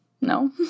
no